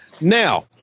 Now